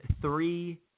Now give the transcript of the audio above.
three